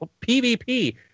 PvP